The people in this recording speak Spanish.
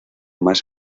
más